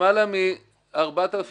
למעלה מ-4,000